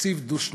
בתקציב דו-שנתי.